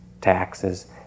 taxes